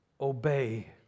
obey